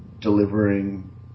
delivering